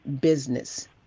business